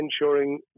ensuring